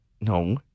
No